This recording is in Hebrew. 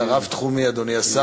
אתה רב-תחומי, אדוני השר.